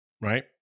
right